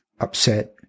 upset